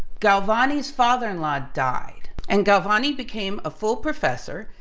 galvani's father-in-law died and galvani became a full professor,